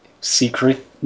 secret